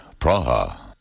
Praha